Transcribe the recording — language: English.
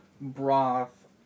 broth